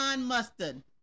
Mustard